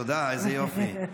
תודה, איזה יופי.